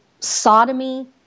Sodomy